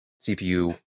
CPU